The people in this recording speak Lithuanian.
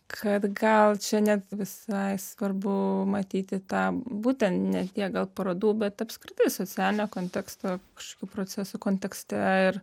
kad gal čia ne visai svarbu matyti tą būtent ne tiek gal parodų bet apskritai socialinio konteksto kažkokių procesų kontekste ir